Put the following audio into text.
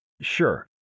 Sure